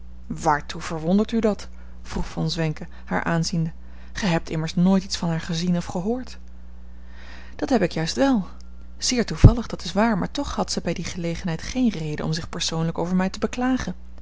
waartoe verwondert u dat vroeg von zwenken haar aanziende gij hebt immers nooit iets van haar gezien of gehoord dat heb ik juist wel zeer toevallig dat is waar maar toch had zij bij die gelegenheid geen reden om zich persoonlijk over mij te beklagen